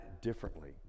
differently